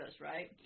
right